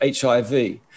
HIV